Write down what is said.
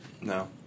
No